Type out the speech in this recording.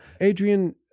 Adrian